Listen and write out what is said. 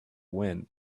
wind